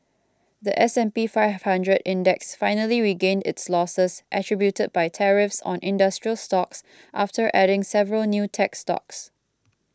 the S and P Five Hundred Index finally regained its losses attributed by tariffs on industrial stocks after adding several new tech stocks